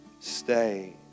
stay